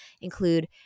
include